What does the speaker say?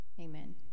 Amen